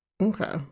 Okay